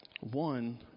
one